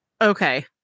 Okay